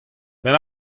benn